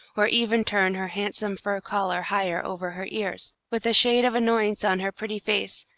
or even turn her handsome fur collar higher over her ears. with a shade of annoyance on her pretty face,